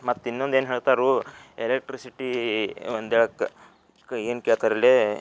ಮತ್ತು ಇನ್ನೊಂದು ಏನು ಹೇಳ್ತಾರೋ ಎಲೆಕ್ಟ್ರಿಸಿಟೀ ಒಂದಾಕಿ ಏನು ಕೇಳ್ತಾರೆ ಇಲ್ಲೇ